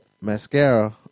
Mascara